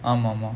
ஆமா மா:aamaa maa